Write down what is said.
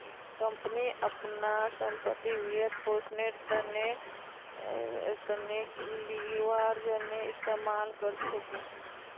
company अपनार संपत्तिर वित्तपोषनेर त न लीवरेजेर इस्तमाल कर छेक